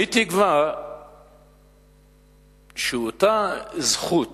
אני תקווה שאותה זכות